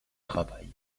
travail